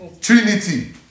Trinity